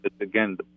again